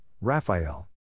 Raphael